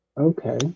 Okay